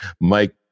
Mike